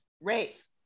race